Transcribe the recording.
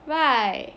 right